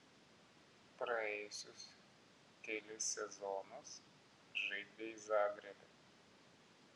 praėjusius kelis sezonus žaidei zagrebe